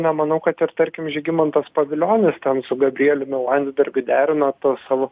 nemanau kad ir tarkim žygimantas pavilionis ten su gabrieliumi landsbergiu derina tą savo